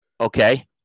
okay